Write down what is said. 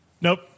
Nope